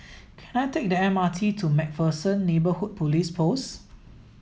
can I take the M R T to MacPherson Neighbourhood Police Post